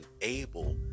able